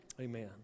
Amen